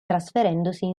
trasferendosi